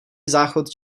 záchod